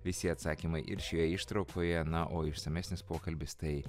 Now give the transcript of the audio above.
visi atsakymai ir šioje ištraukoje na o išsamesnis pokalbis tai